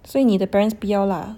所以你的 parents 不要 lah